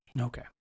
Okay